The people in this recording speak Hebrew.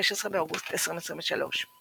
16 באוגוסט 2023 ==